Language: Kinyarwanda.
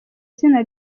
zina